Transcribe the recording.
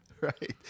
Right